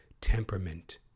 temperament